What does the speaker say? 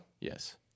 Yes